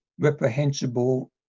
reprehensible